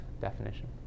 definition